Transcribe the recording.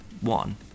One